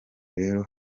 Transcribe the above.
rero